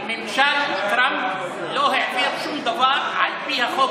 ממשל טראמפ לא העביר שום דבר על פי החוק